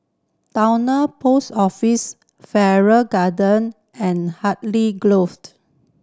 Towner Post Office Farrer Garden and Hartley Grove